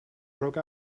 broke